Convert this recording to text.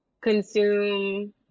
consume